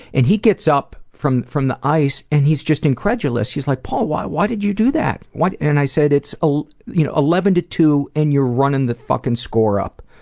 and he gets up from from the ice and he's just incredulous. he's like, paul, why why did you do that? and i said, it's ah you know eleven to two and you're running the fucking score up.